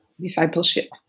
discipleship